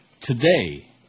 today